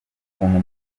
ukuntu